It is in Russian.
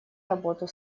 работу